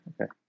Okay